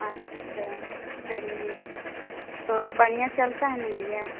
अच्छा चलिए तो बढ़िया चलता है न भैया